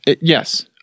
Yes